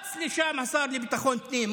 רץ לשם השר לביטחון הפנים,